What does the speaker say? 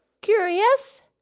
curious